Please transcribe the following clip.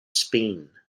spain